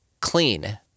clean